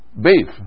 beef